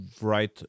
write